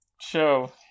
show